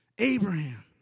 Abraham